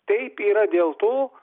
taip yra dėl to